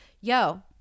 yo